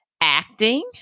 acting